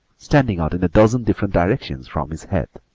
standing out in a dozen different directions from his head,